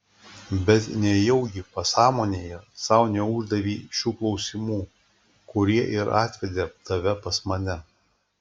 bet nejaugi pasąmonėje sau neuždavei šių klausimų kurie ir atvedė tave pas mane